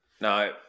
No